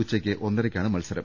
ഉച്ചയ്ക്ക് ഒന്നരയ്ക്കാണ് മത്സരം